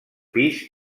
pis